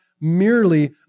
merely